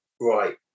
right